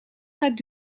gaat